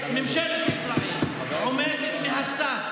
ממשלת ישראל עומדת מהצד.